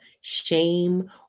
shame